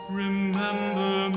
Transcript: remember